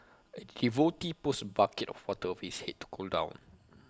A devotee pours A bucket of water over his Head to cool down